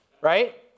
Right